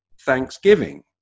Thanksgiving